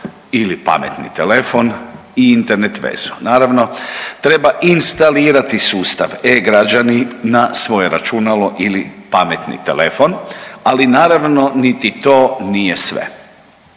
ili pametni telefon i internet vezu. Naravno treba instalirati sustav e-građani na svoje računalo ili pametni telefon, ali naravno niti to nije sve.